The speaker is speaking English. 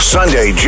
Sunday